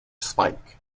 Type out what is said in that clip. spike